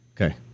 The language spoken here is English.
Okay